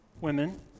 women